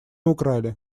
украли